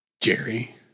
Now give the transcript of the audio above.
Jerry